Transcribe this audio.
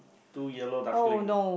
two yellow duckling ah